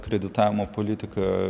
kreditavimo politika